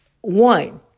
one